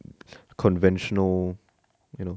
conventional you know